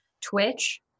Twitch